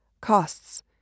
Costs